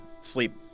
sleep